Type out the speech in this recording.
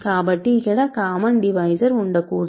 కాబట్టి ఇక్కడ common divisor ఉండకూడదు